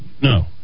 No